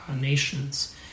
nations